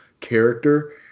character